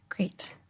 great